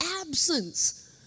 absence